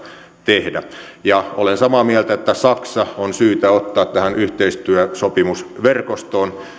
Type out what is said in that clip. tehdä olen samaa mieltä että saksa on syytä ottaa tähän yhteistyösopimusverkostoon